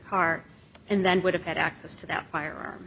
car and then would have had access to that fire